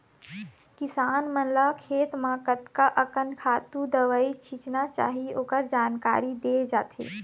किसान मन ल खेत म कतका अकन खातू, दवई छिचना चाही ओखर जानकारी दे जाथे